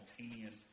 simultaneous